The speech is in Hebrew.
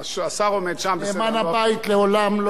נאמן הבית לעולם לא, בסדר, השר כחלון.